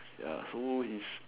ya so he's